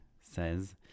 says